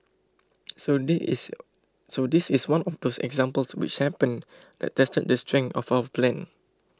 so this is so this is one of those examples which happen that tested the strength of our plan